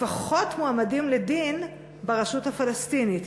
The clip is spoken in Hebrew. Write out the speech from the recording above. לפחות מועמדים לדין ברשות הפלסטינית?